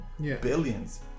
Billions